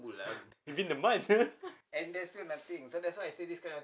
within the month